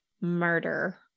murder